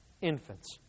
Infants